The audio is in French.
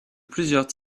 plusieurs